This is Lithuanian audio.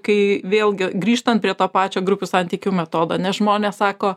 kai vėlgi grįžtant prie to pačio grupių santykių metodo nes žmonės sako